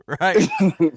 right